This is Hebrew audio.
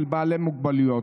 של בעלי מוגבלויות.